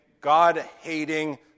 God-hating